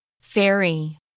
Fairy